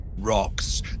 rocks